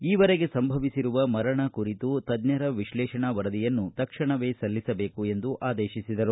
ಈವರೆಗೆ ಸಂಭವಿಸಿರುವ ಮರಣ ಕುರಿತು ತಜ್ಜರ ವಿಶ್ಲೇಷಣಾ ವರದಿಯನ್ನು ತಕ್ಷಣವೇ ಸಲ್ಲಿಸಬೇಕು ಎಂದು ಆದೇಶಿಸಿದರು